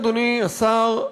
אדוני השר,